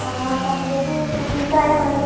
आ सम्प्रति एकं त्रयमलम्